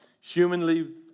Humanly